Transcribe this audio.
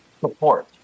support